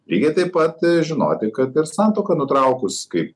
lygiai taip pat žinoti kad ir santuoką nutraukus kaip